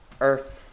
Earth